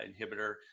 inhibitor